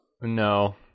No